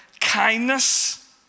kindness